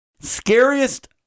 Scariest